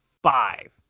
five